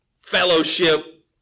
fellowship